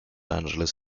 angeles